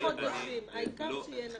מקבלת גם את השלושה חודשים, העיקר שיהיה נקוב.